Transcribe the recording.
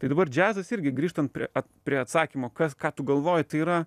tai dabar džiazas irgi grįžtant prie prie atsakymo kas ką tu galvoji tai yra